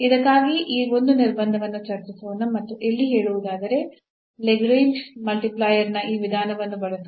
ಇದಕ್ಕಾಗಿ ಈ ಒಂದು ನಿರ್ಬಂಧವನ್ನು ಚರ್ಚಿಸೋಣ ಮತ್ತು ಇಲ್ಲಿ ಹೇಳುವುದಾದರೆ ಲ್ಯಾಗ್ರೇಂಜ್ನ ಮಲ್ಟಿಪ್ಲೈಯರ್ Lagrange's multiplier ನ ಈ ವಿಧಾನವನ್ನು ಬಳಸುವುದು